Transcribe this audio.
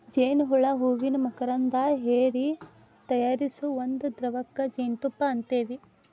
ಜೇನ ಹುಳಾ ಹೂವಿನ ಮಕರಂದಾ ಹೇರಿ ತಯಾರಿಸು ಒಂದ ದ್ರವಕ್ಕ ಜೇನುತುಪ್ಪಾ ಅಂತೆವಿ